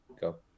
go